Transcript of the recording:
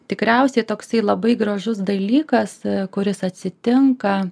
tikriausiai toksai labai gražus dalykas kuris atsitinka